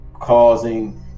causing